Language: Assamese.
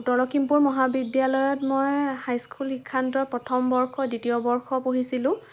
উত্তৰ লখিমপুৰ মহাবিদ্যালয়ত মই হাই স্কুল শিক্ষান্ত প্ৰথম বৰ্ষ দ্বিতীয় বৰ্ষ পঢ়িছিলোঁ